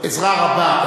עזרה רבה.